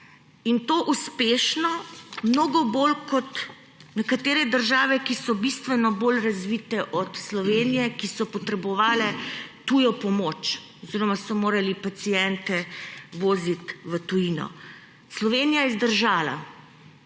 bolj uspešno kot nekatere države, ki so bistveno bolj razvite od Slovenije, ki so potrebovale tujo pomoč oziroma so morali paciente voziti v tujino. Slovenija je zdržala,